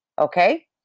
Okay